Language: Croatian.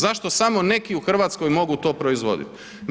Zašto samo neki u Hrvatskoj mogu to proizvoditi?